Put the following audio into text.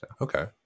okay